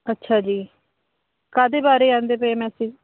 ਅੱਛਾ ਜੀ ਕਾਹਦੇ ਬਾਰੇ ਆਉਂਦੇ ਪਏ ਮੈਸੇਜ